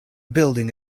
building